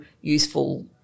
useful